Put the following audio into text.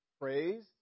Praise